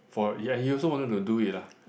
for ya he also wanted to do it lah